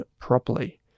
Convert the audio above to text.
properly